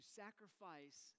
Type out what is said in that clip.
sacrifice